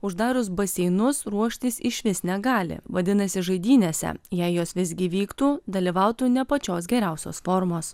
uždarius baseinus ruoštis išvis negali vadinasi žaidynėse jei jos visgi vyktų dalyvautų ne pačios geriausios formos